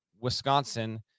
Wisconsin